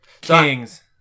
King's